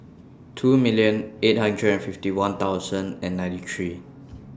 two million eight hundred and fifty one thousand and ninety three